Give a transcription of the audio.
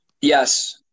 Yes